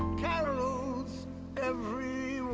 carols everywhere